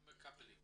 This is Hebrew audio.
הם מקבלים.